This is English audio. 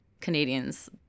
Canadians